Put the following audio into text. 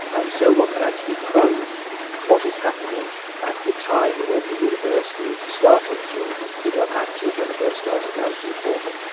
and so one can actually probe what is happening at the time when the universe is starting to become active, when the first stars and galaxies are forming.